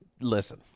Listen